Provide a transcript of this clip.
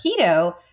keto